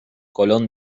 colón